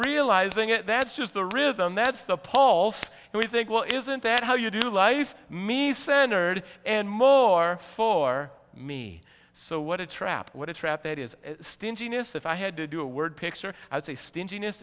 realizing it that's just the rhythm that's the polls and we think well isn't that how you do life maze standard and more for me so what a trap what a trap that is stinginess if i had to do a word picture i would say stinginess